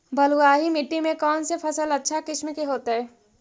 बलुआही मिट्टी में कौन से फसल अच्छा किस्म के होतै?